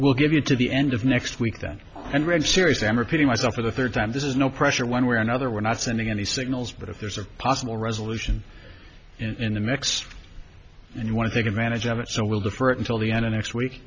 we'll give it to the end of next week then and read series i'm repeating myself for the third time this is no pressure one way or another we're not sending any signals but if there's a possible resolution in the mix and you want to take advantage of it so we'll defer it until the end of next week